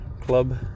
club